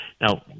Now